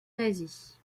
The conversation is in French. nazie